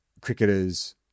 cricketer's